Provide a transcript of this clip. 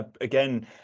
again